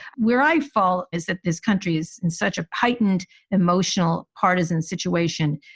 where i fall is that this country's in such a heightened emotional partisan situation.